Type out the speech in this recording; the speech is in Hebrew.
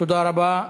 תודה רבה.